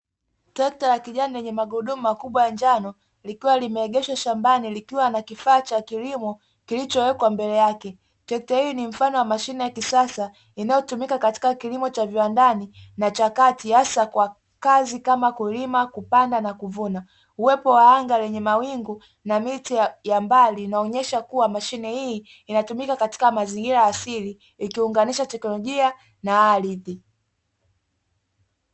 Trekta la kijani lenye magurudumu makubwa ya njano, likiwa limeegeshwa shambani likiwa na kifaa cha kilimo kilichowekwa ndani yake. Trekta hili ni mfano wa mashine ya kisasa inayotumika katika kilimo cha viwandani na cha kati hasa kwa kazi kama kulima, kupanda na kuvuna. Uwepo wa anga lenye mawingu na miti ya mbali inaonesha kuwa mashine hii inatumika katika mazingira asili ikiunganisha teknolojia na ardhi.